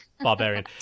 barbarian